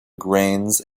grains